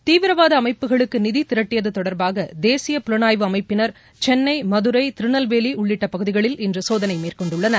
தீவிரவாத அமைப்புகளுக்கு நிதி திரட்டியது தொடர்பாக தேசிய புலனாய்வு அமைப்பினர் சென்னை மதுரை திருநெல்வோலி உள்ளிட்ட பகுதிகளில் இன்று சோதனை மேற்கொண்டுள்ளனர்